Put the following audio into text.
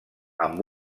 amb